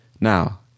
Now